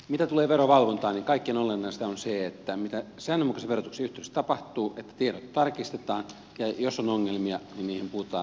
mitä tulee verovalvontaan kaikkein olennaisinta on se mitä säännönmukaisen verotuksen yhteydessä tapahtuu että tiedot tarkistetaan ja jos on ongelmia niihin puututaan välittömästi